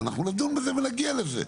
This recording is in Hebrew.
אנחנו נדון בזה ונגיע לזה.